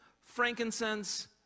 frankincense